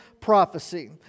prophecy